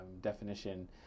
definition